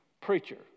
preacher